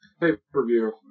pay-per-view